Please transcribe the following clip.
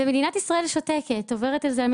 מדינת ישראל שותקת ועוברת על זה.